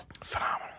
Phenomenal